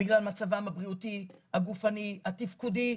בגלל מצבם הבריאותי, הגופני, התפקודי.